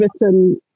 written